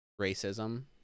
racism